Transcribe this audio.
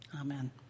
Amen